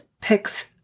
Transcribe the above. picks